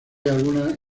algunas